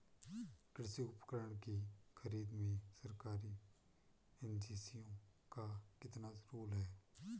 कृषि उपकरण की खरीद में सरकारी एजेंसियों का कितना रोल है?